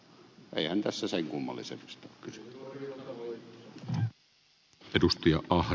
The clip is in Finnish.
eihän tässä sen kummallisemmasta ole kysymys